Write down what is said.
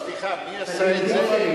לא, סליחה, מי עשה את זה?